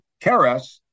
Keres